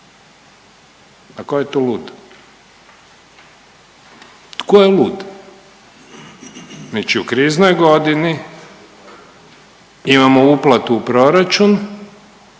A tko je tu lud? Tko je lud? Znači u kriznoj godini imamo uplatu u proračun